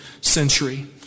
century